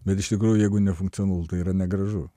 bet iš tikrųjų jeigu nefunkcionalu tai yra negražu